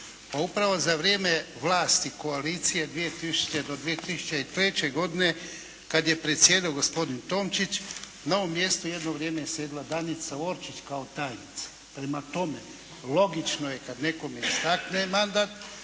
Pa upravo za vrijeme vlasti koalicije 2000. do 2003. godine kad je predsjedao gospodin Tomčić na ovom mjestu jedno vrijeme je sjedila Danica Orčić kao tajnica. Prema tome logično je kad nekome istakne mandat